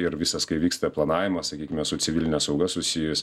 ir visas kai vyksta planavimas sakykime su civiline sauga susijęs